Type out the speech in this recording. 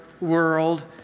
world